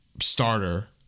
starter